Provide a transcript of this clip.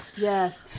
Yes